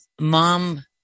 Mom